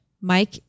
Mike